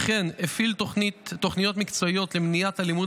וכן הפעיל תוכניות מקצועיות למניעת אלימות